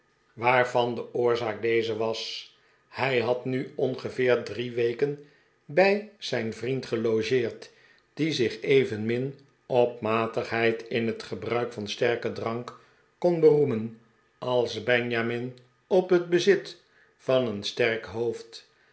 waarvan de oorzaak deze was hij had nu ongeveer drie weken bij zijn vriend gelogeerd die zich evenmin op matigheid in het gebruik van sterken drank kon beroemen als benjamin op het bezit van een sterk hoofd